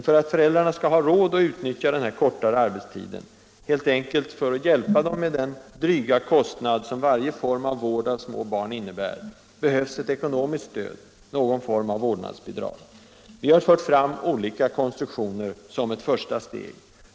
För att föräldrarna skall ha råd att utnyttja den kortare arbetstiden — helt enkelt för att hjälpa dem med den dryga kostnad som varje form av vård av små barn innebär — behövs ett ekonomiskt stöd, någon form av vårdnadsbidrag. Vi har fört fram olika konstruktioner som ett första steg.